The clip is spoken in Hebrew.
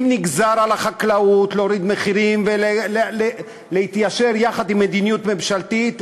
אם נגזר על החקלאות להוריד מחירים ולהתיישר עם מדיניות ממשלתית,